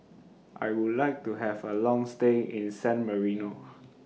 I Would like to Have A Long stay in San Marino